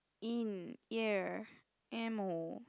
in ear ammo